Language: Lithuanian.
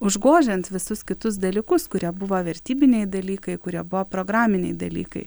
užgožiant visus kitus dalykus kurie buvo vertybiniai dalykai kurie buvo programiniai dalykai